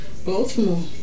Baltimore